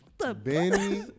Benny